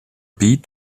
beat